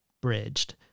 bridged